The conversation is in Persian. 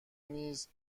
نیز